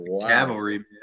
cavalry